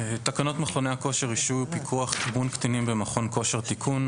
תקנות מכוני כושר (רישוי ופיקוח)(אימון קטינים במכון כושר)(תיקון),